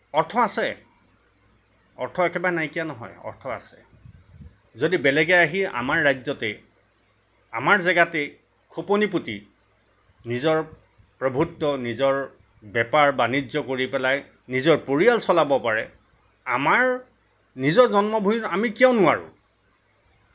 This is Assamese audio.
অৰ্থ আছে অৰ্থ একেবাৰে নাইকিয়া নহয় অৰ্থ আছে যদি বেলেগ আহি আমাৰ ৰাজ্যতেই আমাৰ জেগাতেই খোপনি পুতি নিজৰ প্ৰভুত্ব নিজৰ বেপাৰ বাণিজ্য কৰি পেলাই নিজৰ পৰিয়াল চলাব পাৰে আমাৰ নিজৰ জন্মভূমিত আমি কিয় নোৱাৰোঁ